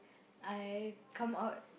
I come out